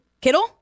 Kittle